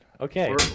Okay